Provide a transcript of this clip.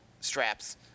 straps